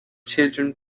children